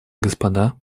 господа